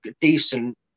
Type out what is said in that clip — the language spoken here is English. decent